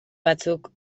batzuk